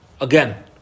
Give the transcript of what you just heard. Again